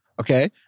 okay